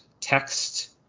text